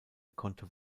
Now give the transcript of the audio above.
konnte